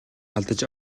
алдаж